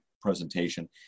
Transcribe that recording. presentation